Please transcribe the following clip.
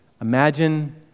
Imagine